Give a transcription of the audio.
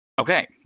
Okay